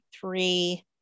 three